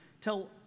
Tell